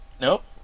Nope